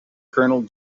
colonel